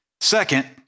Second